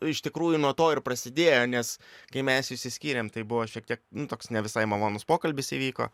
iš tikrųjų nuo to ir prasidėjo nes kai mes išsiskyrėm tai buvo šiek tiek nu toks ne visai malonus pokalbis įvyko